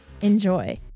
Enjoy